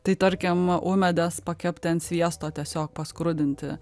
tai tarkim umedes pakepti ant sviesto tiesiog paskrudinti